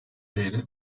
değeri